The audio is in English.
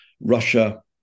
Russia